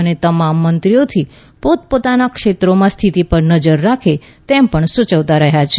અને તમામ મંત્રીઓથી પોતપોતાના ક્ષેત્રોમાં સ્થિતી પર નજર રાખે તે સુચવ્યું છે